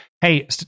hey